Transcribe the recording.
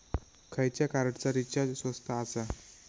खयच्या कार्डचा रिचार्ज स्वस्त आसा?